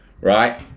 Right